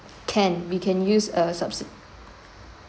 can we can use a subsi~